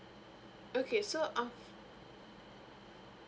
okay so um